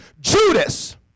Judas